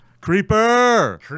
Creeper